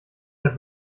herr